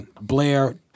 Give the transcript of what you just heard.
Blair